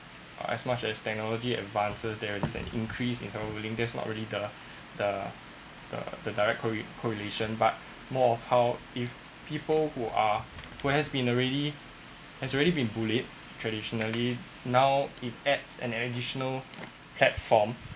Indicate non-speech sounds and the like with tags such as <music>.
uh as much as technology advances there is an increase in cyber-bullying not really the <breath> the the the direct corre~ correlation but more of how if people who are who has been already has already been bullied traditionally now it adds an additional platform